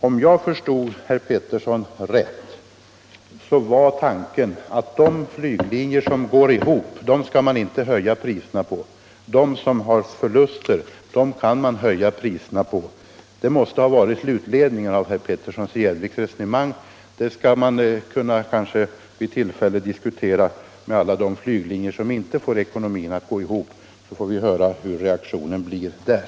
Om jag förstod herr Petersson i Gäddvik rätt var hans tanke att man inte skulle höja priserna på de flyglinjer som går ihop medan man däremot kunde göra det på de linjer som går med förlust. Vi kan ju vid tillfälle diskutera den saken med företrädare för de linjer som inte går ihop och höra vilken deras reaktion är.